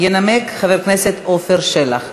ינמק חבר הכנסת עפר שלח.